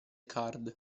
card